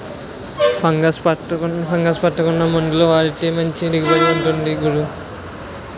fungus పట్టకుండా మందులు వాడితే మంచి దిగుబడి ఉంటుంది గురూ